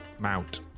Mount